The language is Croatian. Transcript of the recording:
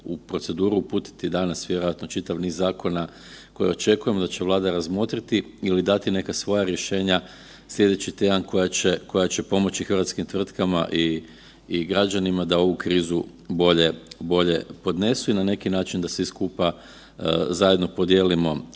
u proceduru uputiti danas vjerojatno čitav niz zakona koje očekujemo da će Vlada razmotriti ili dati neka svoja rješenja sljedeći tjedan koje će pomoći hrvatskim tvrtkama i građanima da ovu krizu bolje podnesu i na neki način da svi skupa zajedno podijelimo